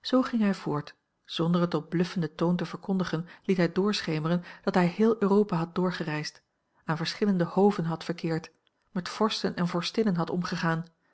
zoo ging hij voort zonder het op bluffenden toon te verkondigen liet hij doorschemeren dat hij heel europa had doorgereisd aan verschillende hoven had verkeerd met vorsten en vorstinnen had omgegaan